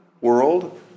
world